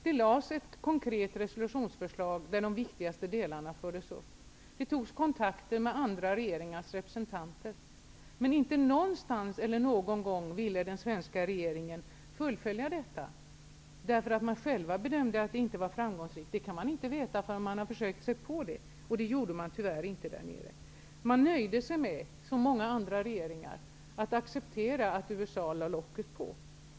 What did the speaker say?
Det lades fram ett konkret resolutionsförslag, där de viktigaste delarna fördes upp. Det togs kontakter med andra regeringars representanter. Men inte någonstans eller någon gång ville den svenska regeringen fullfölja detta, därför att den själv bedömde att det inte skulle vara framgångsrikt. Men det kan man inte veta förrän man har försökt sig på detta. Och det gjorde regeringen tyvärr inte. Den nöjde sig med, som många andra regeringar, att acceptera att USA lade locket på.